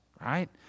right